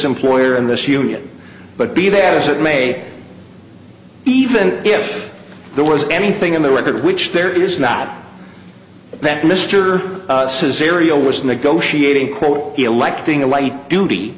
employer and this union but be that as it may even if there was anything in the record which there is not that mr says ariel was negotiating quote electing a light duty